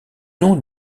nom